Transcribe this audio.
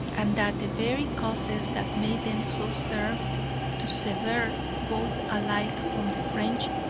and that the very causes that made them so served to sever both alike from the french.